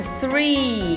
three